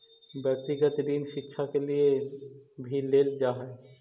व्यक्तिगत ऋण शिक्षा के लिए भी लेल जा हई